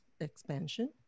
Expansion